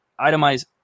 itemize